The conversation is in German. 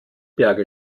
berge